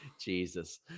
Jesus